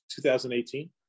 2018